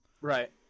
right